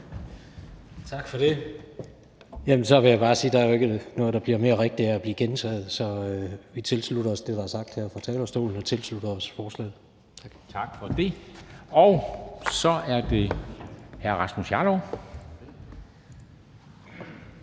Tak for det. Jeg vil bare sige, at der jo ikke er noget, der bliver mere rigtigt af at blive gentaget. Så vi tilslutter os det, der er sagt her fra talerstolen, og tilslutter os forslaget. Kl. 13:13 Formanden (Henrik Dam